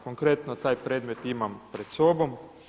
Konkretno taj predmet imam pred sobom.